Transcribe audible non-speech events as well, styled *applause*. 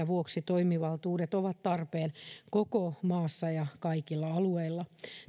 *unintelligible* vuoksi toimivaltuudet ovat tarpeen *unintelligible* koko maassa ja kaikilla alueilla